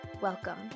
welcome